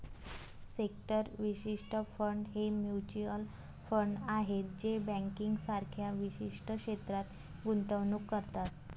sector विशिष्ट fund हे mutual fund आहेत जे बँकिंग सारख्या विशिष्ट क्षेत्रात गुंतवणूक करतात